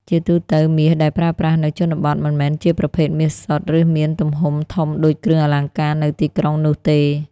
ជាទូទៅ មាសដែលប្រើប្រាស់នៅជនបទមិនមែនជាប្រភេទមាសសុទ្ធ ឬមានទំហំធំដូចគ្រឿងអលង្ការនៅទីក្រុងនោះទេ។